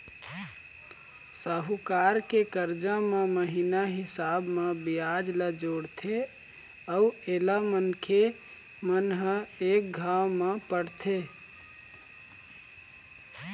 साहूकार के करजा म महिना हिसाब म बियाज ल जोड़थे अउ एला मनखे मन ह एक घांव म पटाथें